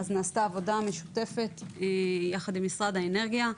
נעשתה עבודה משותפת יחד עם משרד האנרגיה,